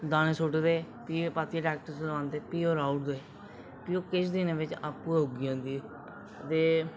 दाने सु'ट्टदे फ्ही परतियै टैक्टर चलोआंदे फ्ही राही ओड़दे फ्ही ओह् किश दिनें बिच आपूं गै उग्गी जंदी ते